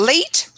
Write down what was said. Late